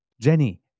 Jenny